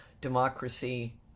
democracy